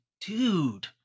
dude